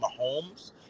Mahomes